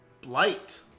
Blight